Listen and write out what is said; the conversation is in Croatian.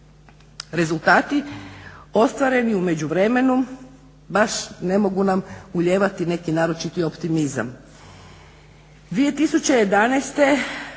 Rezultati ostvareni u međuvremenu baš nam ne mogu ulijevati neki naročiti optimizam.